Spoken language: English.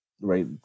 Right